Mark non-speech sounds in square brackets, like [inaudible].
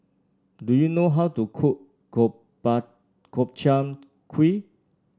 do you know how to cook [unintelligible] Gobchang Gui